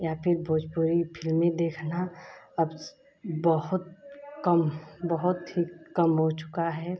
या फिर भोजपुरी फिल्में देखना अब बहुत कम बहुत ही कम हो चुका है